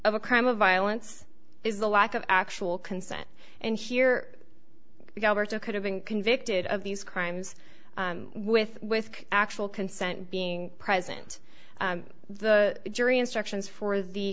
of a crime of violence is the lack of actual consent and here could have been convicted of these crimes with with actual consent being present the jury instructions for the